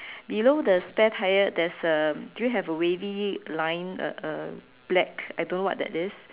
below the spare tyre there's um do we have a wavy line uh uh black I don't know what that is